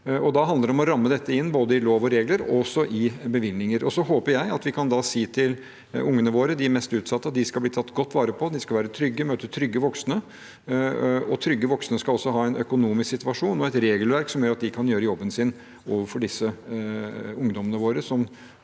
Da handler det om å ramme dette inn både i lov og regler og i bevilgninger. Så håper jeg at vi da kan si til ungene våre, de mest utsatte, at de skal bli tatt godt vare på, være trygge og møte trygge voksne. Trygge voksne skal også ha en økonomisk situasjon og et regelverk som gjør at de kan gjøre jobben sin overfor disse ungdommene våre,